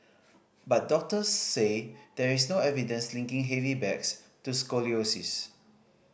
but doctors say there is no evidence linking heavy bags to scoliosis